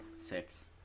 six